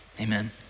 Amen